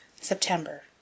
September